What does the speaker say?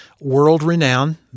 world-renowned